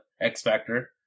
X-Factor